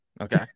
Okay